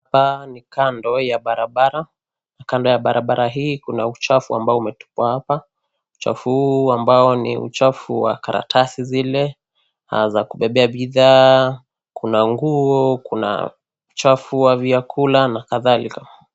Hapa ni kando ya barabara na kando ya barabara hii kuna uchafu ambao umetupwa hapa. Uchafu huu ambao ni uchafu wa karatasi zile za kubebea bidhaa, kuna nguo, kuna uchafu wa vyakula na kadhalika.